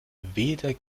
weder